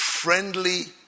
friendly